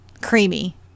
creamy